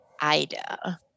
Ida